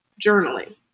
journaling